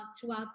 throughout